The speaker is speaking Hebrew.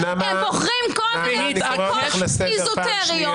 הם בוחרים כל מיני פסיקות אזוטריות,